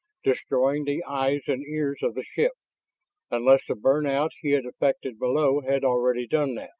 destroying the eyes and ears of the ship unless the burnout he had effected below had already done that.